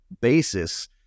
basis